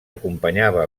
acompanyava